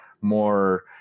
more